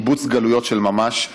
קיבוץ גלויות של ממש,